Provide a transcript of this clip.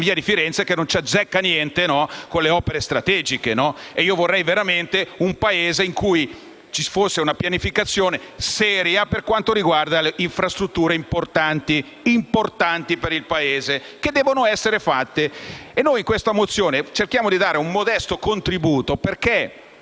tranvia di Firenze che non ci azzecca niente con le opere strategiche. Vorrei veramente un Paese in cui ci fosse una pianificazione seria per quanto riguarda le infrastrutture importanti che devono essere realizzate. Con la mozione n. 585 cerchiamo di dare un nostro modesto contributo, perché